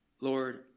Lord